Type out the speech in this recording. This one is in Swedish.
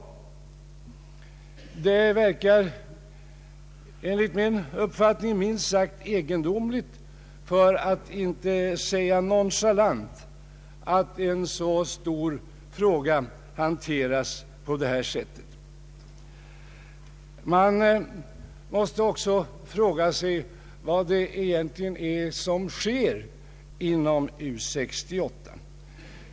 Det verkar enligt min uppfattning minst sagt egendomligt, för att inte sä ga nonchalant, att en så stor fråga hanteras på detta sätt. Man måste också fråga sig vad som egentligen sker inom U 68.